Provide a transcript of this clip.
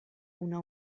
una